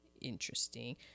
interesting